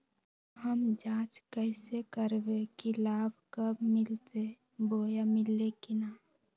हम जांच कैसे करबे की लाभ कब मिलते बोया मिल्ले की न?